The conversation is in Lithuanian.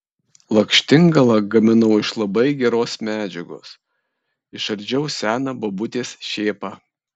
lakštingalą gaminau iš labai geros medžiagos išardžiau seną bobutės šėpą